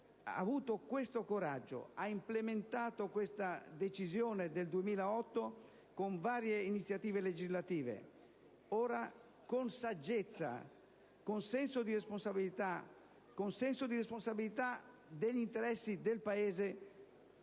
ha avuto questo coraggio e ha implementato la decisione del 2008 con varie iniziative legislative. Ora, con saggezza, con senso di responsabilità di fronte agli interessi del Paese,